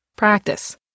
Practice